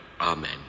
Amen